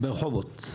ברחובות.